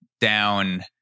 down